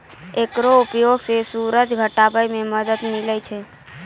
एकरो प्रयोग सें सूजन घटावै म मदद मिलै छै